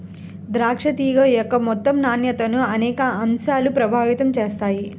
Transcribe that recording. ద్రాక్ష తీగ యొక్క మొత్తం నాణ్యతను అనేక అంశాలు ప్రభావితం చేస్తాయి